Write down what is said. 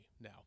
Now